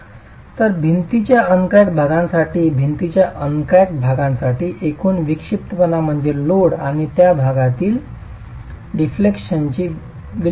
तर भिंतीच्या अनक्रेक्ड भागासाठी एकूण विक्षिप्तपणा म्हणजे लोड आणि त्या भागातील डिफ्लेक्शनची विलक्षणता